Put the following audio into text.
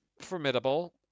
Formidable